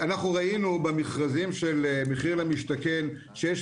אנחנו ראינו במכרזים של מחיר למשתכן שיש